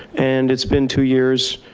and it's been two years,